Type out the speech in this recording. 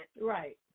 Right